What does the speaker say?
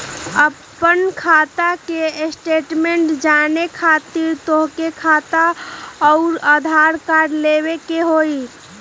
आपन खाता के स्टेटमेंट जाने खातिर तोहके खाता अऊर आधार कार्ड लबे के होइ?